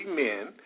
men